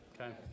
Okay